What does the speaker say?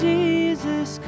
Jesus